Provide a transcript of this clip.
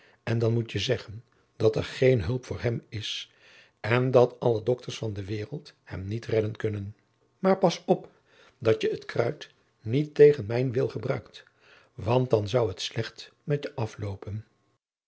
en dan moet je zeggen dat er geen hulp voor hem is en dat alle dokters van de wereld hem niet redden kunnen maar pas op dat je het kruid niet tegen mijn wil gebruikt want dan zou het slecht met je afloopen